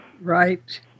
Right